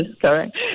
correct